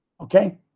Okay